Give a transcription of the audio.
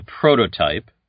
prototype